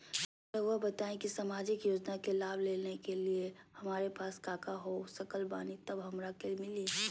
रहुआ बताएं कि सामाजिक योजना के लाभ लेने के लिए हमारे पास काका हो सकल बानी तब हमरा के मिली?